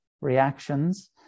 reactions